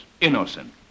innocent